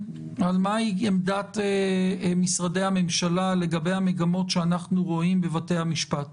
מה היא עמדת משרדי הממשלה לגבי המגמות שאנחנו רואים בבתי המשפט.